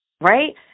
right